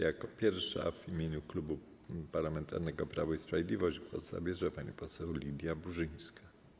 Jako pierwsza w imieniu Klubu Parlamentarnego Prawo i Sprawiedliwość głos zabierze pani poseł Lidia Burzyńska.